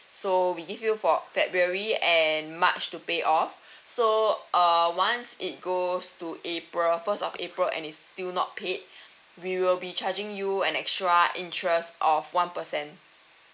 so we give you for february and march to pay off so uh once it goes to april first of april and it's still not paid we will be charging you an extra interest of one percent